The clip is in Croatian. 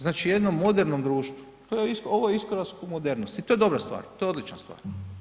Znači, jednom modernom društvu, ovo je iskorak ka modernosti i to je dobra stvar, to je odlična stvar.